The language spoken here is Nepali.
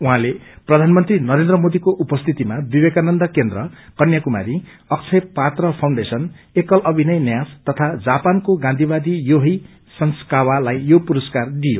उहाँले प्रधानमंत्री नरेन्द्र मोदीको उपस्थितिमा विवेकानन्द केनद्र कन्या कुमारी अक्षय पात्र् ुउण्डेशन एकल अभिनय न्यास तथा जापानको गान्धीवादी योहेई सस्कावा लाई यो पुरस्कार दिइयो